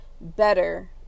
Better